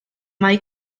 mai